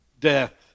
death